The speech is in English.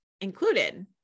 included